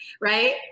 right